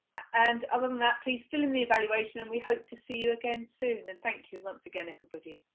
and other than that, please fill in the evaluation and we hope to see you again soon, and thank you once again everybody.